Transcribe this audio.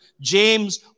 James